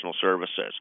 services